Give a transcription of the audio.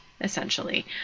essentially